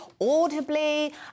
audibly